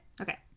Okay